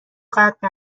قطع